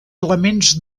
elements